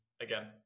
again